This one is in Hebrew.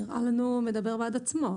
הדבר הזה צריך לחול גם על רשויות מקומיות.